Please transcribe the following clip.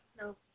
No